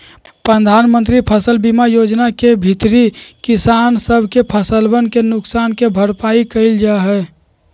प्रधानमंत्री फसल बीमा योजना के भीतरी किसान सब के फसलवन के नुकसान के भरपाई कइल जाहई